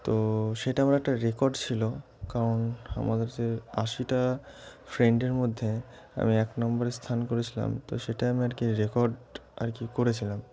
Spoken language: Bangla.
তো সেটা আমার একটা রেকর্ড ছিল কারণ আমাদের যে আশিটা ফ্রেন্ডের মধ্যে আমি এক নম্বরে স্থান করেছিলাম তো সেটা আমি আর কি রেকর্ড আর কি করেছিলাম